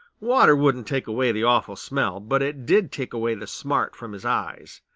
water wouldn't take away the awful smell, but it did take away the smart from his eyes.